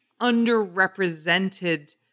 underrepresented